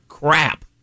Crap